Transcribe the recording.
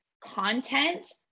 content